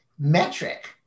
Metric